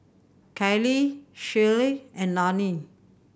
Kali Shea and Lani